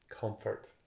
comfort